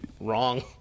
wrong